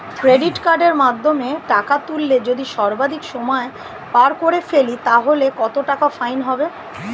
Credit কার্ডের মাধ্যমে টাকা তুললে যদি সর্বাধিক সময় পার করে ফেলি তাহলে কত টাকা ফাইন হবে?